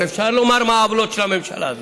ואפשר לומר מה העוולות של הממשלה הזאת.